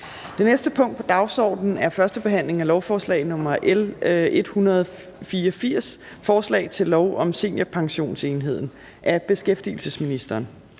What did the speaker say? Det næste punkt på dagsordenen er: 12) 1. behandling af lovforslag nr. L 184: Forslag til lov om Seniorpensionsenheden. Af beskæftigelsesministeren